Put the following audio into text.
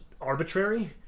arbitrary